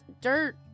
dirt